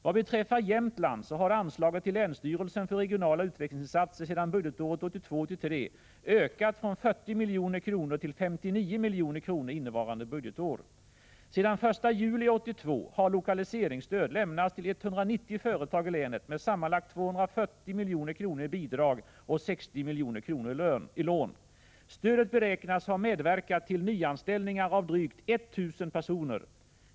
Vad beträffar Jämtland har anslaget till länsstyrelsen för regionala utvecklingsinsatser sedan budgetåret 1982/83 ökat från 40 milj.kr. till 59 milj.kr. innevarande budgetår. Sedan den 1 juli 1982 har lokaliseringsstöd lämnats till 190 företag i länet med sammanlagt 240 milj.kr. i bidrag och 60 milj.kr. i lån. Stödet beräknas ha medverkat till nyanställningar av drygt 1 000 personer.